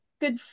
good